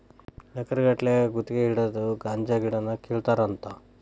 ಎಕರೆ ಗಟ್ಟಲೆ ಗುತಗಿ ಹಿಡದ ಗಾಂಜಾ ಗಿಡಾನ ಕೇಳತಾರಂತ